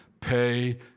Pay